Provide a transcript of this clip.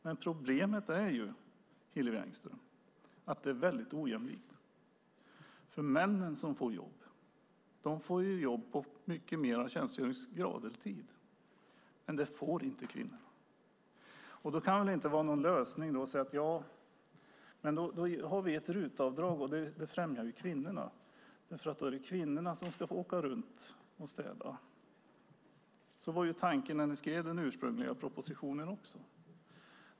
Men problemet är, Hillevi Engström, att det är väldigt ojämlikt. De män som får jobb får ju jobb med mycket mer tjänstgöringstid. Det får inte kvinnorna. Då kan det väl inte vara någon lösning att säga: Ja, men då har vi ett RUT-avdrag, och det främjar kvinnorna, för det är kvinnorna som ska åka runt och städa. Så var tanken när ni skrev den ursprungliga propositionen.